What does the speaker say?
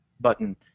button